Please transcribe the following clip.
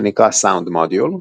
הנקרא Sound Module,